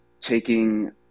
taking